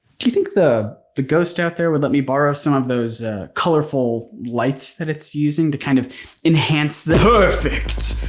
do you think the the ghost out there would let me borrow some of those colorful lights that it's using to kind of enhance. perfect,